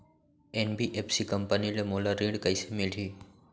NBFC company ले मोला ऋण कइसे मिलही?